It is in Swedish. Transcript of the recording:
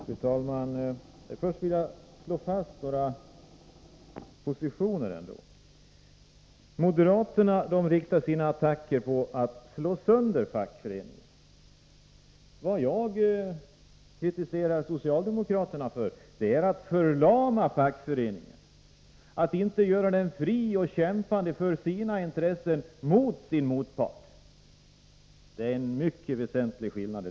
Fru talman! Först vill jag slå fast några positioner. Moderaterna riktar sina attacker i syfte att slå sönder fackföreningen. Vad jag kritiserar socialdemokraterna för är att förlama fackföreningen, att inte göra den fri och kämpande för sina intressen mot sin motpart. Det är en mycket väsentlig skillnad.